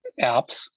apps